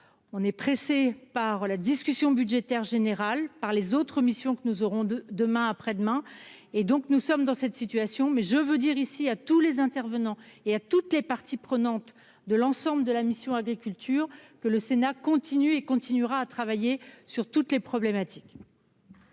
on est pressé par la discussion budgétaire générale par les autres missions que nous aurons de demain, après-demain, et donc nous sommes dans cette situation, mais je veux dire ici à tous les intervenants et à toutes les parties prenantes de l'ensemble de la mission agriculture que le Sénat continue et continuera à travailler sur toutes les problématiques.